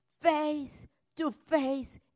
Face-to-face